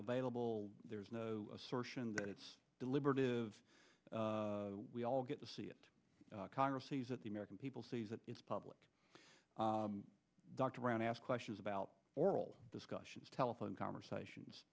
available there's no assertion that it's deliberative we all get to see it congress sees that the american people sees that it's public dr around ask questions about oral discussions telephone conversations